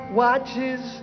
watches